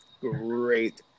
Great